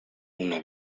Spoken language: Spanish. una